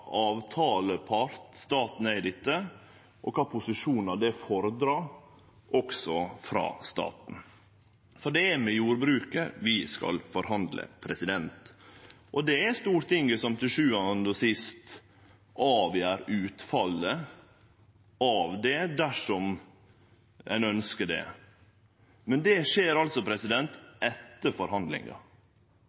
avtalepart staten er i dette, og kva posisjonar det fordrar også frå staten. Det er med jordbruket vi skal forhandle, og det er Stortinget som til sjuande og sist avgjer utfallet av det, dersom ein ønskjer det. Men det skjer altså etter